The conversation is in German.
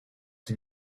sie